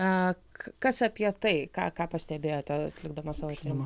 a kas apie tai ką ką pastebėjote atlikdamas savo tyrimą